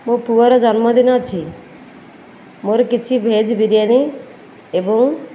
ମୋ ପୁଅର ଜନ୍ମଦିନ ଅଛି ମୋର କିଛି ଭେଜ୍ ବିରିୟାନୀ ଏବଂ